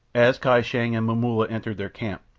as kai shang and momulla entered their camp,